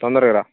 తొందరగా రా